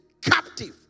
captive